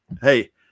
hey